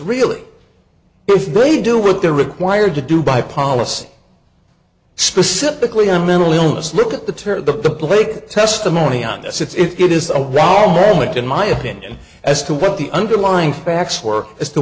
really if they do what they're required to do by policy specifically a mental illness look at the tear the blake testimony on this it's get is a wall moment in my opinion as to what the underlying facts were as to